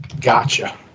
Gotcha